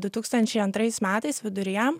du tūkstančiai antrais metais viduryje